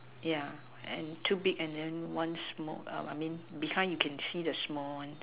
yeah and two big and then one small behind you can see the small one